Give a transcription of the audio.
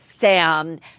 Sam